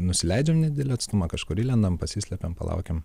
nusileidžiam nedidelį atstumą kažkur įlendam pasislepiam palaukiam